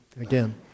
again